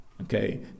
okay